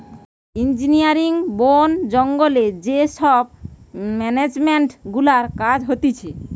engineering, বোন জঙ্গলে যে সব মেনেজমেন্ট গুলার কাজ হতিছে